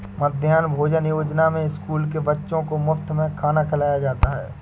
मध्याह्न भोजन योजना में स्कूल के बच्चों को मुफत में खाना खिलाया जाता है